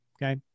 okay